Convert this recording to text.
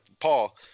Paul